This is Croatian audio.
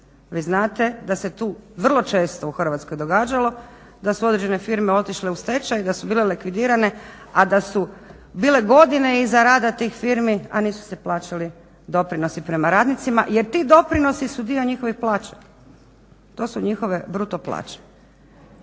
Vi znate da se tu vrlo često u Hrvatskoj događalo da su određene firme otišle u stečaj da su bile likvidirane, a da su bile godine iza rada tih firmi a nisu se plaćali doprinosi prema radnicima, jer ti doprinosi su dio njihovih plaća, to su njihove bruto plaće.